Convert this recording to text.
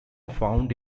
found